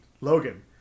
Logan